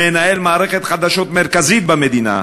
מנהל מערכת חדשות מרכזית במדינה,